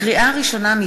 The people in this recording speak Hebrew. לקריאה ראשונה,